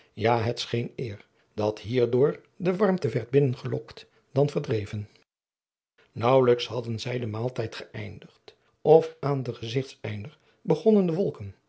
ja het scheen eer dat hierdoor de warmte werd binnengelokt dan verdreven naauwelijks hadden zij den maaltijd geëindigd of aan den gezigteinder begonnen de wolken